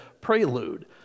prelude